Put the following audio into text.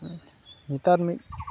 ᱱᱮᱛᱟᱨ ᱢᱤᱫ